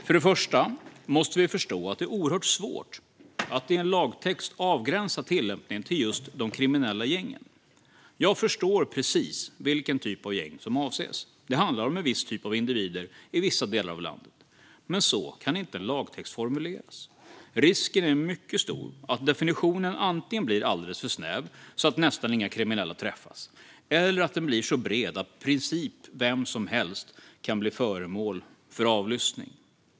Först och främst måste vi förstå att det är oerhört svårt att i en lagtext avgränsa tillämpningen till just "de kriminella gängen". Jag förstår precis vilken typ av gäng som avses. Det handlar om en viss typ av individer i vissa delar av landet. Men så kan inte en lagtext formuleras. Risken är mycket stor att definitionen antingen blir alldeles för snäv, så att nästan inga kriminella träffas, eller att den blir så bred att i princip vem som helst kan bli föremål för avlyssning.